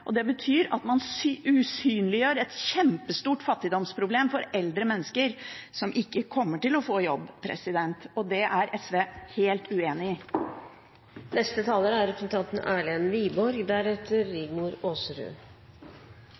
Det betyr at man usynliggjør et kjempestort fattigdomsproblem for eldre mennesker som ikke kommer til å få jobb. Og det er SV helt uenig i.